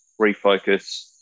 refocus